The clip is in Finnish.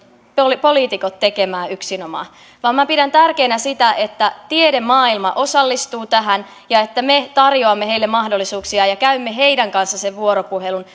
tekemään yksinomaan poliitikot vaan minä pidän tärkeänä sitä että tiedemaailma osallistuu tähän ja että me tarjoamme heille mahdollisuuksia ja käymme heidän kanssaan vuoropuhelun